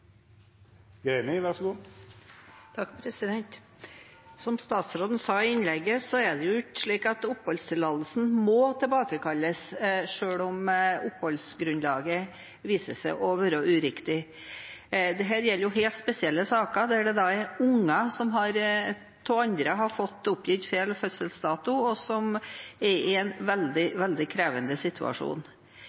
det ikke slik at oppholdstillatelsen må tilbakekalles selv om oppholdsgrunnlaget viser seg å være uriktig. Dette gjelder helt spesielle saker der det er barn som av andre har fått oppgitt feil fødselsdato, og som er i en veldig, veldig krevende situasjon.